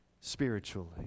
spiritually